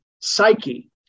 psyche